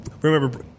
remember